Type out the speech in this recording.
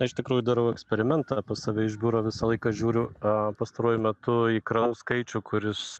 aš iš tikrųjų darau eksperimentą pas save iš biuro visą laiką žiūriu a pastaruoju metu į kranų skaičių kuris